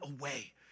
away